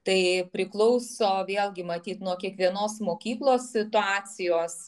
tai priklauso vėlgi matyt nuo kiekvienos mokyklos situacijos